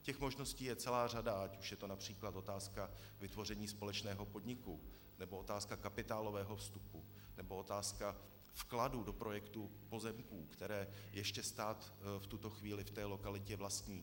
Těch možností je celá řada, ať už je to například otázka vytvoření společného podniku, nebo otázka kapitálového vstupu, nebo otázka vkladu do projektu pozemků, které ještě stát v tuto chvíli v té lokalitě vlastní.